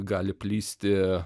gali plisti